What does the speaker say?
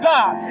God